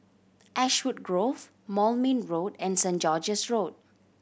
Ashwood Grove Moulmein Road and Saint George's Road